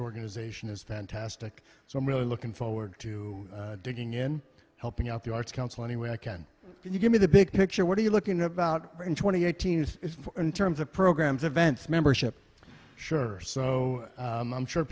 organization is fantastic so i'm really looking forward to digging in helping out the arts council any way i can you give me the big picture what are you looking about in twenty eight hundred in terms of programs events membership sure so i'm